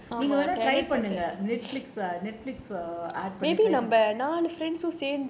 நீங்க வேணுனா:neenga venuna try பண்ணுங்க பண்ண:pannunga panna